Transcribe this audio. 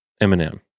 Eminem